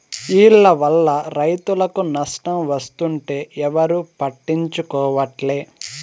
ఈల్ల వల్ల రైతులకు నష్టం వస్తుంటే ఎవరూ పట్టించుకోవట్లే